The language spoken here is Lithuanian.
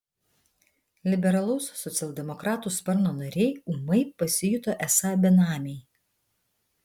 liberalaus socialdemokratų sparno nariai ūmai pasijuto esą benamiai